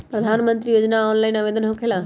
प्रधानमंत्री योजना ऑनलाइन आवेदन होकेला?